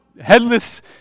headless